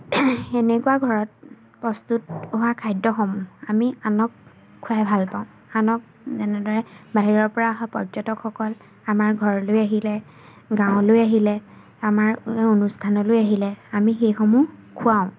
সেনেকুৱা ঘৰত প্ৰস্তুত হোৱা খাদ্যসমূহ আমি আনক খুৱাই ভালপাওঁ আনক যেনেদৰে বাহিৰৰপৰা হয় পৰ্যটকসকল আমাৰ ঘৰলৈ আহিলে গাঁৱলৈ আহিলে আমাৰ এই অনুষ্ঠানলৈ আহিলে আমি সেইসমূহ খুৱাওঁ